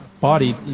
body